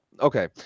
okay